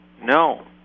No